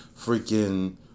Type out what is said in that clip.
freaking